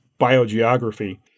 biogeography